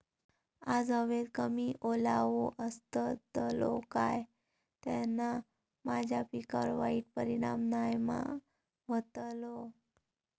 आज हवेत कमी ओलावो असतलो काय त्याना माझ्या पिकावर वाईट परिणाम नाय ना व्हतलो?